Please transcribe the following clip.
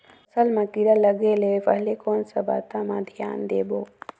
फसल मां किड़ा लगे ले पहले कोन सा बाता मां धियान देबो?